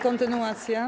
Kontynuacja.